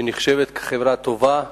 הנחשבת כחברה טובה,